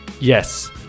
yes